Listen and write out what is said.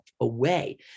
away